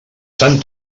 sant